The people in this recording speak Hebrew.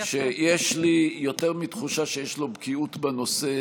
שיש לי יותר מתחושה שיש לו בקיאות בנושא,